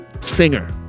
singer